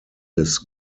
his